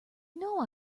know